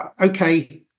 okay